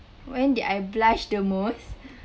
when did I blush the most